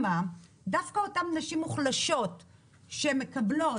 אבל דווקא אותן נשים מוחלשות שמקבלות